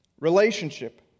relationship